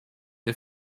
der